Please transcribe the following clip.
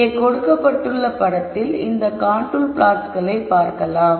இங்கே கொடுக்கப்பட்டுள்ள படத்தில் இந்த கான்டூர் ப்ளாட்ஸ்களை பார்க்கலாம்